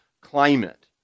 climate